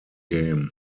game